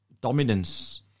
dominance